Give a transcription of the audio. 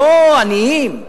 לא עניים,